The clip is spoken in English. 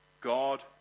God